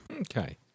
Okay